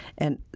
and,